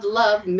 love